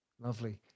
Lovely